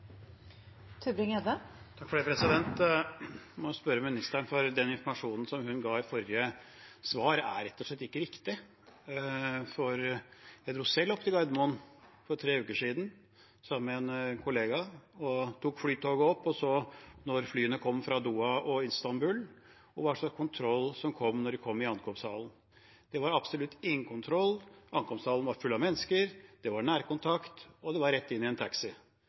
Jeg må spørre ministeren, for den informasjonen hun ga i forrige svar, er rett og slett ikke riktig. Jeg dro selv opp til Gardermoen for tre uker siden sammen med en kollega, tok flytoget opp og så, da flyene kom fra Doha og Istanbul, hva slags kontroll som var der da de kom til ankomsthallen. Det var absolutt ingen kontroll. Ankomsthallen var full av mennesker. Det var nærkontakt, og det var rett inn i en taxi.